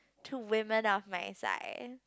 to women of my size